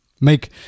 Make